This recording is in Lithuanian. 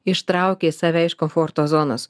ištraukė save iš komforto zonos